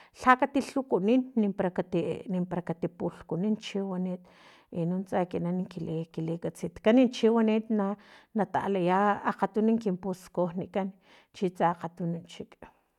Hlakati lhukunin nimpara ka ti nimpara kati pulhkunin chiwani e nuntsa ekinan kili kiki katsitkan chi wanit na na natalaya akgatunu kin puskujnikan chi tsa akgatunu chik